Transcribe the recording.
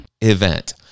event